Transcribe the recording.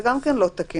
זה גם לא תקין.